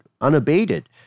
unabated